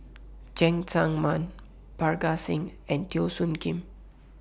Cheng Tsang Man Parga Singh and Teo Soon Kim